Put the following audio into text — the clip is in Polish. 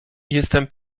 jestem